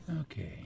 Okay